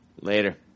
later